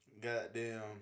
Goddamn